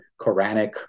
Quranic